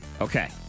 Okay